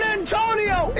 Antonio